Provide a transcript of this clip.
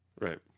Right